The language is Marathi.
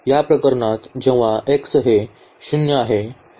तर या प्रकरणात जेव्हा x हे 0 आहे